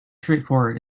straightforward